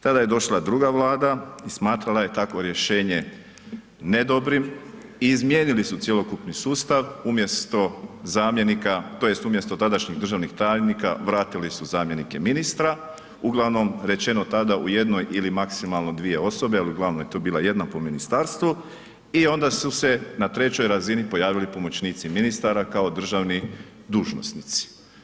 Tada je došla druga vlada i smatrala je takvo rješenje ne dobrim i izmijenili su cjelokupni sustav, umjesto zamjenika tj. umjesto tadašnjih državnih tajnika vratili su zamjenike ministra, uglavnom rečeno tada u jednom ili maksimalno dvije osobe, ali uglavnom je to bila jedna po ministarstvu i onda su se na trećoj razini pojavili pomoćnici ministara kao državni dužnosnici.